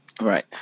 Right